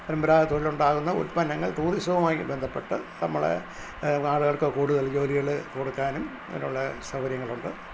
പരമ്പരാഗത ഉത്പന്നങ്ങൾ ടൂറിസവുമായി ബന്ധപ്പെട്ടു നമ്മളുടെ ആളുകൾക്കു കൂടുതൽ ജോലികൾ കൊടുക്കാനും അതിനുള്ള സൗകര്യങ്ങളുണ്ട്